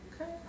Okay